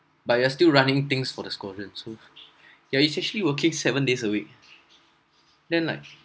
but you are still running things for the squadron so you are essentially working seven days a week then like